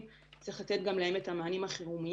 צריך לתת גם להם את המענים החירומיים.